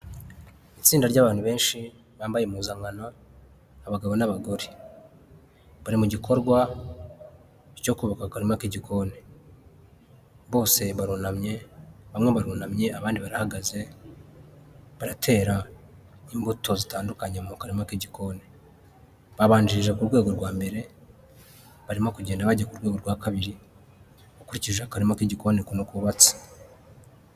Itsinda ry'abantu benshi bambaye impuzankano abagabo n'abagore, bari mu gikorwa cyo kubaka akarima k'igikoni, bose barunamye bamwe barunamye abandi barahagaze baratera imbuto zitandukanye mu karima k'igikoni, babanjirije ku rwego rwa mbere barimo kugenda bajya ku rwego rwa kabiri ukurikije akarima k'igikoni ukuntu kubatse.